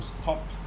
stop